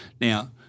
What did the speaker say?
Now